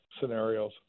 scenarios